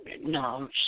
No